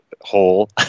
whole